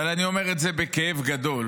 אבל אני אומר את זה בכאב גדול: